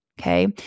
Okay